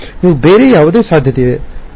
ನೀವು ಬೇರೆ ಯಾವುದೇ ಸಾಧ್ಯತೆಯ ಬಗ್ಗೆ ಯೋಚಿಸಬಹುದೇ